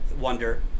wonder